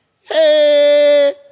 Hey